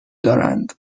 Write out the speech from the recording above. دارند